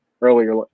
earlier